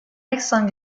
accent